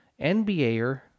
NBAer